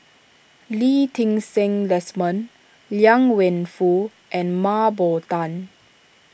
Lee Ti Seng Desmond Liang Wenfu and Mah Bow Tan